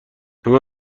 همه